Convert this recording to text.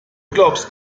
glaubst